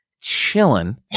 chilling